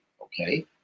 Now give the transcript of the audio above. okay